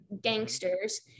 gangsters